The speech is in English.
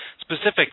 specific